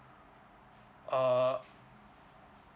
err